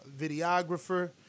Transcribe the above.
videographer